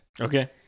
okay